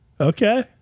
Okay